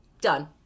done